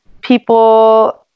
People